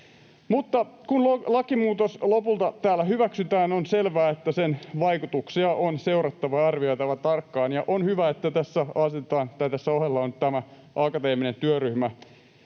kun lakimuutos lopulta täällä hyväksytään, on selvää, että sen vaikutuksia on seurattava ja arvioitava tarkkaan, ja on hyvä, että tässä ohella tämä akateeminen työryhmä